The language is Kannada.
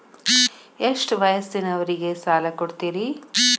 ಎಷ್ಟ ವಯಸ್ಸಿನವರಿಗೆ ಸಾಲ ಕೊಡ್ತಿರಿ?